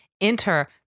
enter